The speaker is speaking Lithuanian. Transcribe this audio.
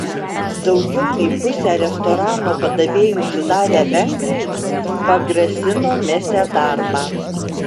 daugiau nei pusę restorano padavėjų sudarę vengrai pagrasino mesią darbą